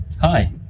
hi